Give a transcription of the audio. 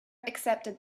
accepted